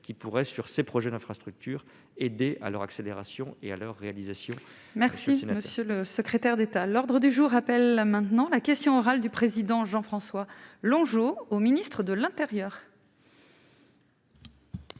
qui pourraient sur ses projets d'infrastructures et aider à leur accélération et à leur réalisation. Merci monsieur le secrétaire d'État à l'ordre du jour appelle maintenant la question orale du président Jean-François Longeot au ministre de l'Intérieur.